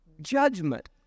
Judgment